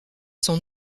son